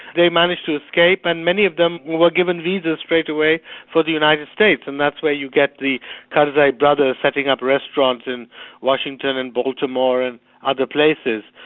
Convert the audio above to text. they managed to escape and many of them were given visas straight away for the united states, and that's where you get the kind of karzai brothers setting up restaurants in washington and baltimore and other places.